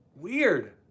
Weird